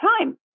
time